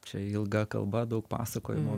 čia ilga kalba daug pasakojimų